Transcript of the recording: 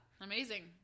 Amazing